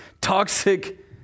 Toxic